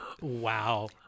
Wow